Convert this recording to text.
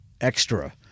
extra